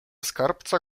skarbca